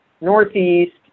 Northeast